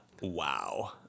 Wow